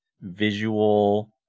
visual